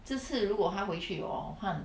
这次如果她回去 hor 她很